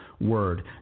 word